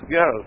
go